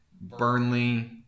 Burnley